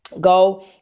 go